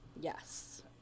Yes